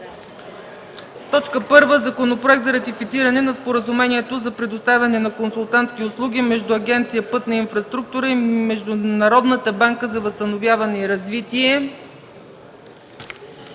по Законопроект за ратифициране на Споразумението за предоставяне на консултантски услуги между Агенция „Пътна инфраструктура” и Международната банка за възстановяване и развитие,